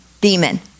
demon